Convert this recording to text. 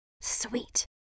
Sweet